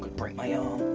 break my arm.